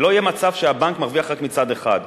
שלא יהיה מצב שהבנק מרוויח רק מצד אחד,